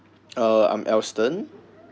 uh I'm alston